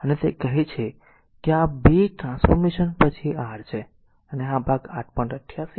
તેથી તે કહે છે કે આ r 2 ટ્રાન્સફોર્મેશન પછી r છે અને આ આ ભાગ 8